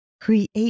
create